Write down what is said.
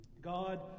God